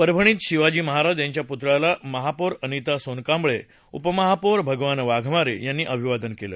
परभणीत शिवाजी महाराज यांच्या पुतळ्याला महापौर अनिता सोनकांबळे उपमहापौर भगवान वाघमारे यांनी अभिवादन केलं